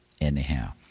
Anyhow